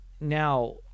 Now